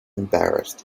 embarrassed